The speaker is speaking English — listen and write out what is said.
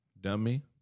Dummy